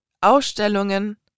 Ausstellungen